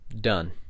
Done